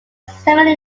similar